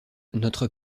notre